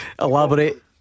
Elaborate